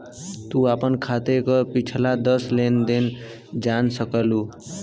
तू आपन खाते क पिछला दस लेन देनो जान सकलू